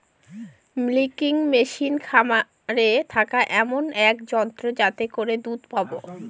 milking machine খামারে থাকা এমন এক যন্ত্র যাতে করে দুধ পাবো